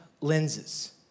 lenses